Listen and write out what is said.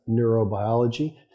neurobiology